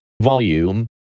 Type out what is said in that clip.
volume